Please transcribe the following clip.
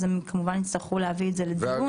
הם כמובן יצטרכו להביא את זה לדיון.